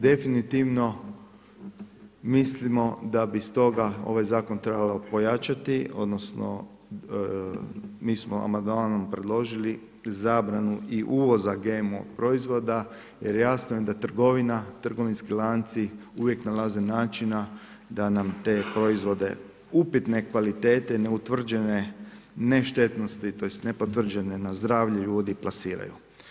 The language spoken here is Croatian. Definitivno mislimo da bi stoga ovaj zakon trebalo pojačati odnosno mi smo amandmanom predložili zabranu i uvoza GMO proizvoda jer jasno je da trgovina, trgovinski lanci uvijek nalaze načina da nam te proizvode upitne kvalitete, neutvrđene neštetnosti, tj. nepotvrđene na zdravlje ljudi plasiraju.